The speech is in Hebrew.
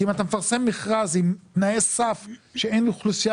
כי אם אתה מפרסם מכרז עם תנאי סף שאין אוכלוסייה